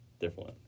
Different